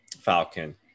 Falcon